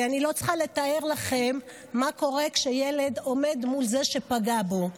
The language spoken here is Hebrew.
ואני לא צריכה לתאר לכם מה קורה כשילד עומד מול זה שפגע בו.